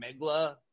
Megla